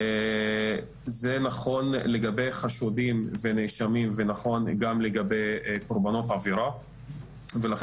זה נכון לגבי חשודים ונאשמים ונכון גם לגבי קורבנות עבירה ולכן